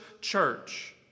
church